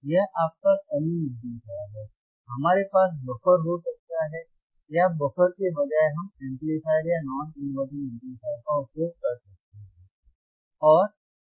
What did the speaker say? यह आपका summing amplifier है हमारे पास बफर हो सकता है या बफर के बजाय हम एम्पलीफायर या नॉन इनवर्टर एम्पलीफायर का उपयोग कर सकते हैं